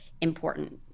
important